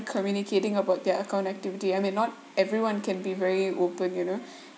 communicating about their account activity I mean not everyone can be very open you know